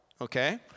Okay